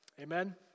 Amen